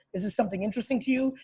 is this something interesting to you?